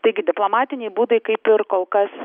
taigi diplomatiniai būdai kaip ir kol kas